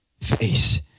face